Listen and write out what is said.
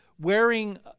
wearing